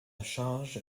charge